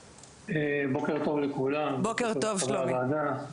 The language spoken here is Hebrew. בוקר טוב לכולם, בוקר טוב לחברי הוועדה.